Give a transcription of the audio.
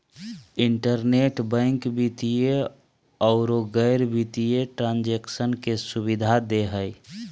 internet bank वित्तीय औरो गैर वित्तीय ट्रांन्जेक्शन के सुबिधा दे हइ